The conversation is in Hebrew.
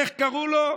איך קראו לו?